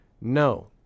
no